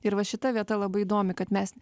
ir va šita vieta labai įdomi kad mes